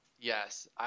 Yes